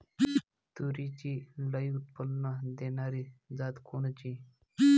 तूरीची लई उत्पन्न देणारी जात कोनची?